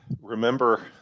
remember